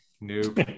Nope